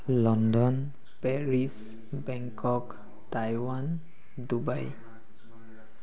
London Paris Bangkok Taiwan Dubai